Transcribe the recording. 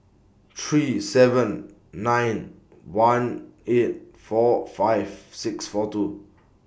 three seven nine one eight four five six four two